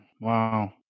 Wow